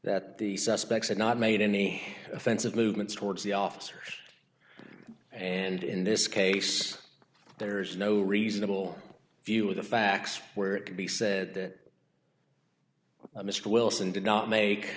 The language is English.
that the suspects had not made any offensive movements towards the officers and in this case there is no reasonable view of the facts where it could be said that mr wilson did not make